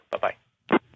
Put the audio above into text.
Bye-bye